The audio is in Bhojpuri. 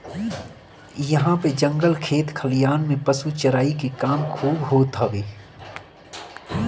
इहां पे जंगल खेत खलिहान में पशु चराई के काम खूब होत हवे